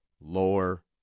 Lower